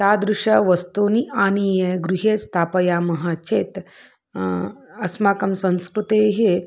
तादृशानि वस्तूनि आनीय गृहे स्थापयामः चेत् अस्माकं संस्कृतेः